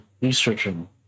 researching